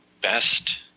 best